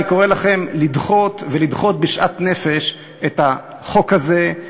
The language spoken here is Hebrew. אני קורא לכם לדחות בשאט נפש את החוק הזה,